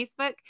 Facebook